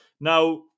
Now